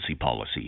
Policy